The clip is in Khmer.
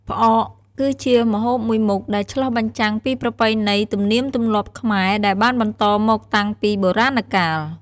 ផ្អកគឺជាម្ហូបមួយមុខដែលឆ្លុះបញ្ចាំងពីប្រពៃណីទំនៀមទម្លាប់ខ្មែរ ដែលបានបន្តមកតាំងពីបុរាណកាល។